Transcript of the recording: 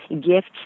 gifts